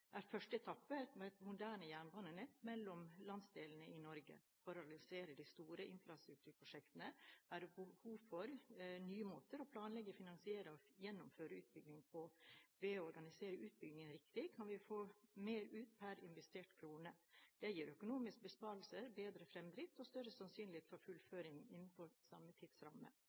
er første etappe i et moderne jernbanenett mellom landsdelene i Norge. For å realisere de store infrastrukturprosjektene er det behov for nye måter å planlegge, finansiere og gjennomføre utbygging på. Ved å organisere utbyggingen riktig kan vi få mer ut per investerte krone. Det gir økonomiske besparelser, bedre fremdrift og større sannsynlighet for fullføring innenfor